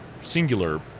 singular